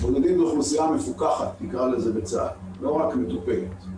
בודדים זו אוכלוסייה מפוקחת בצה"ל, לא רק מטופלת.